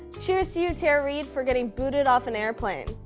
cheers to you tara reid for getting booted off an airplane.